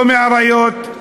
לא מאריות,